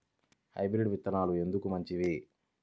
Hybrid విత్తనాలు ఎందుకు మంచిది?